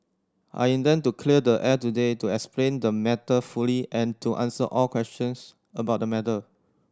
I intend to clear the air today to explain the matter fully and to answer all questions about the matter